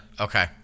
Okay